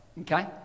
Okay